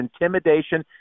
intimidation